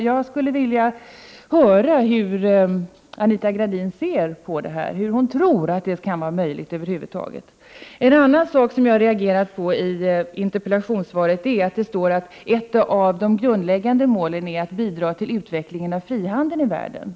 Jag skulle vilja höra hur Anita Gradin ser på detta och hur hon tror att det över huvud taget kan vara möjligt. En annan sak som jag har reagerat på i interpellationssvaret är följande: ”Ett av EFTA:s grundläggande mål är att bidra till utvecklingen av frihandeln i världen.